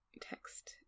text